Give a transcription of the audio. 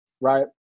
right